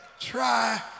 try